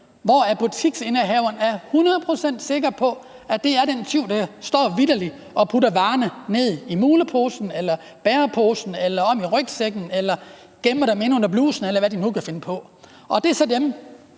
hvor butiksindehaveren er 100 pct. sikker på, at det er den tyv, der vitterlig står og putter varerne ned i muleposen eller bæreposen eller om i rygsækken eller gemmer dem inde under blusen, eller hvad de nu kan finde på. Det er så dem,